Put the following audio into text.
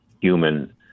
human